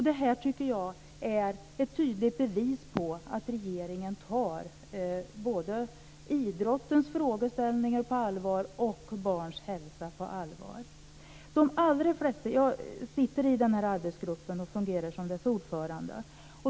Det här tycker jag är ett tydligt bevis på att regeringen tar både idrottens frågeställningar och barns hälsa på allvar. Jag sitter i arbetsgruppen och fungerar som dess ordförande.